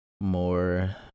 more